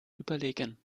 überlegen